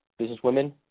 businesswomen